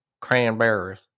cranberries